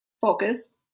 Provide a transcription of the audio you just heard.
focus